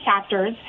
chapters